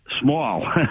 small